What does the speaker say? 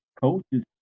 coaches